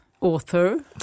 author